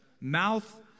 mouth